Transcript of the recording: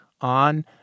on